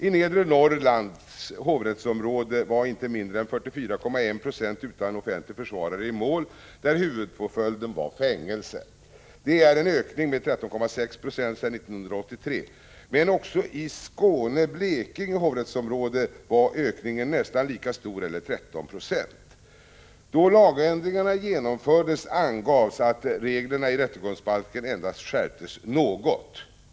I Nedre Norrlands hovrättsområde var inte mindre än 44,1 92 utan offentlig försvarare i mål där huvudpåföljden var fängelse. Det är en ökning med 13,6 96 sedan 1983. Men även i Skåne Blekinge hovrättsområde var ökningen nästan lika stor eller 13 90. Då lagändringarna genomfördes angavs att reglerna i rättegångsbalken endast skärptes något.